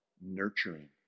nurturing